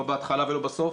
לא בהתחלה ולא בסוף.